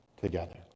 together